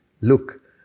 Look